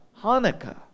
Hanukkah